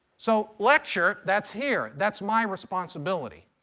so lecture, that's here. that's my responsibility.